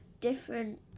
different